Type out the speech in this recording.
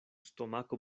stomako